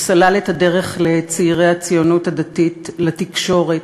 הוא סלל את הדרך לצעירי הציונות הדתית לתקשורת,